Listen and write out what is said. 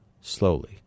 slowly